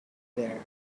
there